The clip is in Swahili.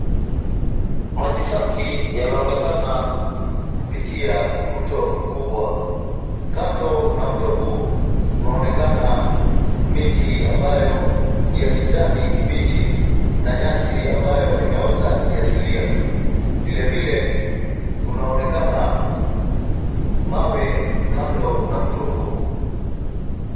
Maji safi yanaonekana kupitia mto mkubwa. Kando na mto huu unaonakena miti ambayo ni ya kijani kibichi na nyasi ambayo imeota kiasilia. Vilevile kunaonekana mawe kando na mto huo.